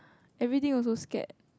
everything also scared